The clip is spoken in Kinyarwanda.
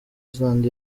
zealand